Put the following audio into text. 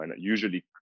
usually